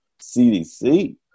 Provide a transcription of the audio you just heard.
CDC